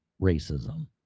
racism